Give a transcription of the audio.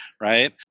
Right